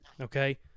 okay